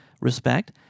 respect